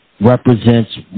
represents